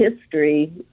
history